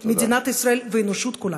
מדינת ישראל והאנושות כולה.